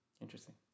Interesting